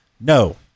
no